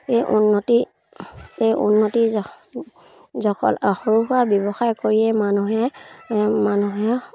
এই উন্নতি এই উন্নতিৰ জখলা সৰু সুৰা ব্যৱসায় কৰিয়ে মানুহে মানুহে